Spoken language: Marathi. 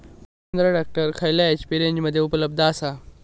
महिंद्रा ट्रॅक्टर खयल्या एच.पी रेंजमध्ये उपलब्ध आसा?